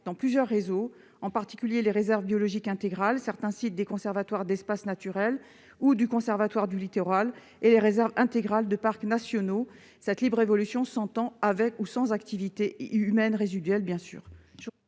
dans plusieurs réseaux, en particulier les réserves biologiques intégrales, certains sites des conservatoires d'espaces naturels et du Conservatoire du littoral et les réserves intégrales de parcs nationaux. Cette libre évolution s'entend bien évidemment avec ou sans activité humaine résiduelle.